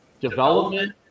development